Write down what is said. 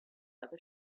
other